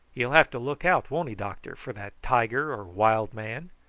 he'll have to look out, won't he, doctor, for that tiger or wild man.